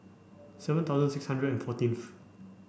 seven thousand six hundred and fourteenth